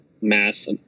mass